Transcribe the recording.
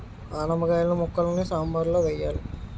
ఆనపకాయిల ముక్కలని సాంబారులో వెయ్యాలి